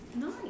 Nice